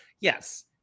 Yes